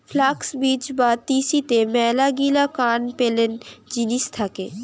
flux বীজ বা তিসিতে মেলাগিলা কান পেলেন জিনিস থাকে